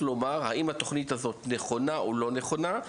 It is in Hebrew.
צריך לומר האם התוכנית הזאת נכונה או לא נכונה,